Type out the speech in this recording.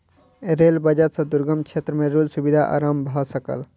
rail budget सॅ दुर्गम क्षेत्र में रेल सुविधा आरम्भ भ सकल